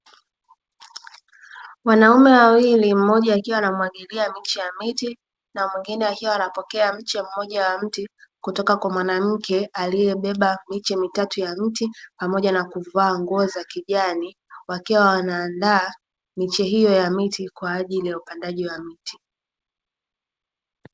Wanaume wawili; mmoja akiwa anamwagilia miche ya miti, na mwingine akiwa anapokea mche mmoja wa mti kutoka kwa mwanamke aliyebeba miche mitatu ya mti, pamoja na kuvaa nguo za kijani; wakiwa wanaandaa miche hiyo ya miti kwa ajili ya upandaji wa miti.